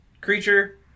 creature